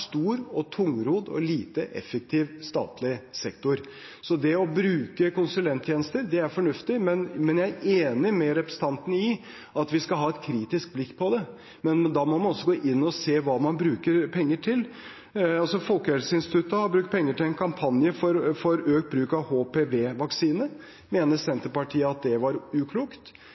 stor, tungrodd og lite effektiv statlig sektor. Så det å bruke konsulenttjenester er fornuftig. Jeg er enig med representanten i at vi skal ha et kritisk blikk på det, men da må man også gå inn og se på hva man bruker penger til. Folkehelseinstituttet har brukt penger til en kampanje for økt bruk av HPV-vaksine. Mener Senterpartiet at det var uklokt?